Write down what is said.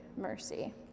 mercy